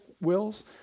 wills